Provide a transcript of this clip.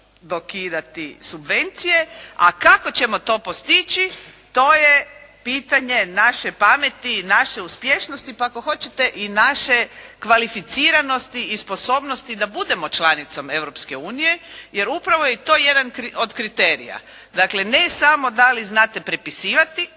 dokidati subvencije, a kako ćemo to postići, to je pitanje naše pameti, naše uspješnosti, pa ako hoćete i naše kvalificiranosti i sposobnosti da budemo članicom Europske unije, jer je upravo je to jedan od kriterija. Dakle, ne samo da li znate prepisivati,